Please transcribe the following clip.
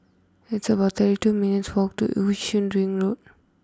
it's about thirty two minutes' walk to Yishun Ring Road